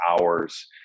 hours